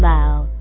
Loud